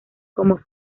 como